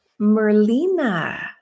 Merlina